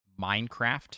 minecraft